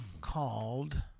called